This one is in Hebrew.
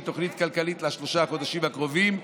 תוכנית כלכלית לשלושת החודשים הקרובים,